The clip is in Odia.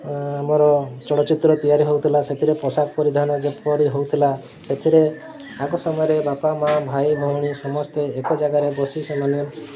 ଆମର ଚଳଚ୍ଚିତ୍ର ତିଆରି ହେଉଥିଲା ସେଥିରେ ପୋଷାକ ପରିଧାନ ଯେପରି ହେଉଥିଲା ସେଥିରେ ଆଗ ସମୟରେ ବାପା ମା' ଭାଇ ଭଉଣୀ ସମସ୍ତେ ଏକ ଜାଗାରେ ବସି ସେମାନେ